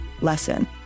lesson